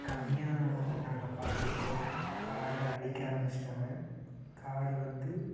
கம்மியாக நாங்கள் பார்த்துருக்கோம் காடு அழிக்க ஆரம்பிச்சிட்டாங்கள் காடு வந்து